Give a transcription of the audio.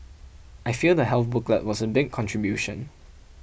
I feel the health booklet was a big contribution